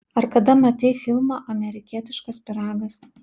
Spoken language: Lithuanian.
ar kada matei filmą amerikietiškas pyragas